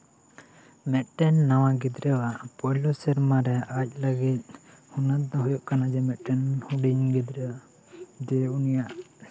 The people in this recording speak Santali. ᱢᱤᱫᱴᱟᱝ ᱱᱟᱣᱟ ᱜᱤᱫᱽᱨᱟᱹᱣᱟᱜ ᱯᱳᱭᱞᱳ ᱥᱮᱨᱢᱟ ᱨᱮ ᱟᱡ ᱞᱟᱹᱜᱤᱫ ᱦᱩᱱᱟᱹᱨ ᱫᱚ ᱦᱩᱭᱩᱜ ᱠᱟᱱᱟ ᱡᱮ ᱢᱤᱫᱴᱟᱝ ᱜᱤᱫᱽᱨᱟᱹ ᱩᱱᱤ